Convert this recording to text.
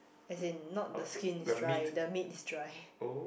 as in not the skin is dry the meat is dry